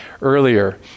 earlier